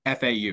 FAU